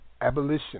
Abolition